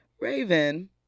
Raven